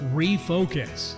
refocus